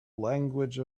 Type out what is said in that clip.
language